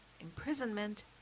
imprisonment